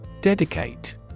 Dedicate